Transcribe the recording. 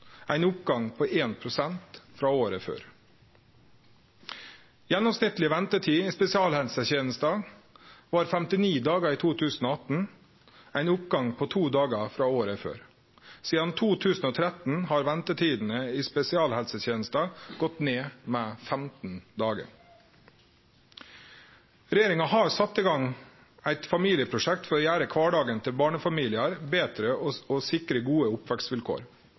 ein oppgang på 1,0 pst. frå året før. Gjennomsnittleg ventetid i spesialisthelsetenesta var 59 dagar i 2018, ein oppgang på to dagar frå året før. Sidan 2013 har ventetidene i spesialisthelsetenesta gått ned med 15 dagar. Regjeringa har sett i gang eit familieprosjekt for å gjere kvardagen til barnefamiliar betre og sikre gode